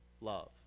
Love